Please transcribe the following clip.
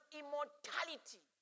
immortality